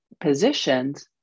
positions